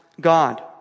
God